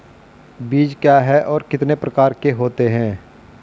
बीज क्या है और कितने प्रकार के होते हैं?